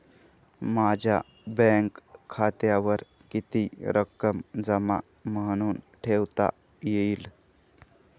माझ्या बँक खात्यावर किती रक्कम जमा म्हणून ठेवता येईल?